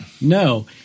No